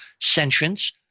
sentience